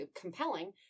compelling